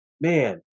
Man